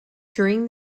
during